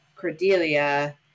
Cordelia